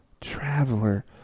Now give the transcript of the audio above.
traveler